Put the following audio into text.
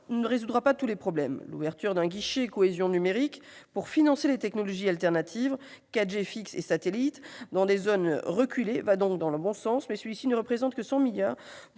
ne résoudra pas tous les problèmes. L'ouverture d'un guichet de cohésion numérique pour financer des technologies alternatives- 4G fixe et satellite -dans les zones reculées va dans le bon sens, mais ce guichet ne représente que 100 millions